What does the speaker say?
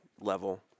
level